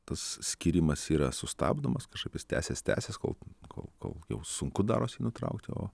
tas skyrimas yra sustabdomas kažkaip jis tęsias tęsias kol kol kol jau sunku darosi nutraukti o